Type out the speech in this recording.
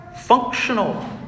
functional